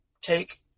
take